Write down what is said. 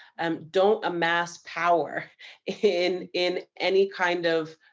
um, don't amass power in in any kind of,